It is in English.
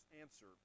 answer